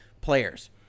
players